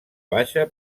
baixa